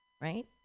right